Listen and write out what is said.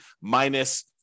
minus